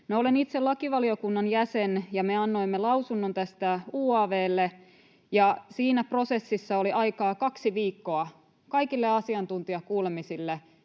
olen itse lakivaliokunnan jäsen, ja me annoimme lausunnon tästä UaV:lle, ja siinä prosessissa oli aikaa kaksi viikkoa kaikille asiantuntijakuulemisille,